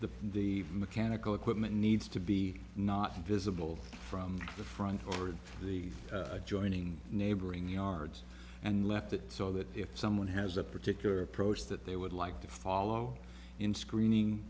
the the mechanical equipment needs to be not visible from the front door of the adjoining neighboring yards and left it so that if someone has a particular approach that they would like to follow in screening